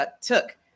took